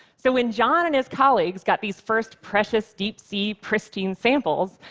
so when john and his colleagues got these first precious deep-sea pristine samples,